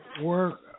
work